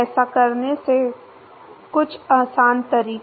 ऐसा करने के कुछ आसान तरीके